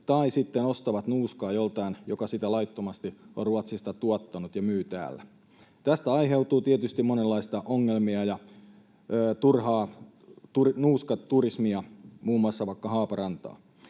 tai sitten ostavat nuuskaa joltain, joka sitä laittomasti on Ruotsista tuonut ja myy täällä. Tästä aiheutuu tietysti monenlaisia ongelmia ja turhaa nuuskaturismia muun muassa vaikka Haaparantaan.